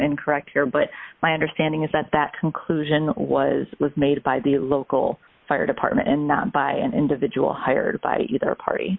incorrect here but my understanding is that that conclusion was made by the local fire department and not by an individual hired by either party